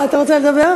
אתה רוצה לדבר?